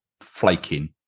flaking